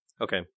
Okay